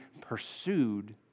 pursued